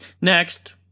Next